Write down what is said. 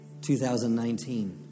2019